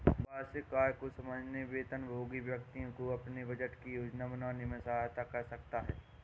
वार्षिक आय को समझना वेतनभोगी व्यक्तियों को अपने बजट की योजना बनाने में सहायता कर सकता है